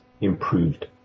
improved